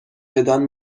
بدان